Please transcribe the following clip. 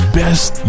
best